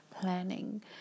planning